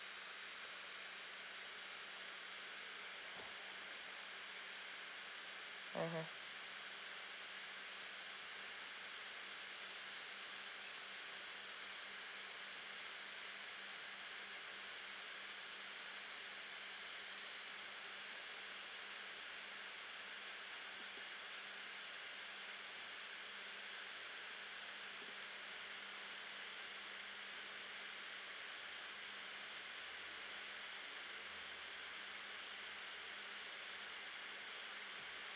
mmhmm